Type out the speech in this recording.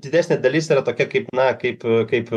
didesnė dalis yra tokia kaip na kaip kaip